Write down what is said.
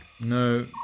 No